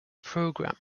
program